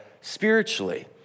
spiritually